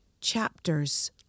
chapters